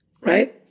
right